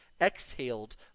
exhaled